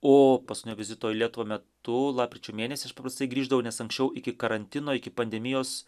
o paskutinio vizito į lietuvą metu lapkričio mėnesį aš paprastai grįždavau nes anksčiau iki karantino iki pandemijos